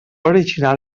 original